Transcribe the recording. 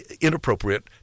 inappropriate